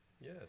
Yes